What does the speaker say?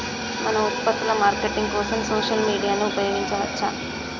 మన ఉత్పత్తుల మార్కెటింగ్ కోసం సోషల్ మీడియాను ఉపయోగించవచ్చా?